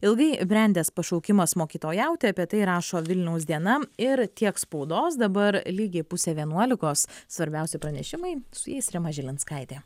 ilgai brendęs pašaukimas mokytojauti apie tai rašo vilniaus diena ir tiek spaudos dabar lygiai pusė vienuolikos svarbiausi pranešimai su jais rima žilinskaitė